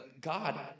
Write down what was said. God